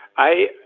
i,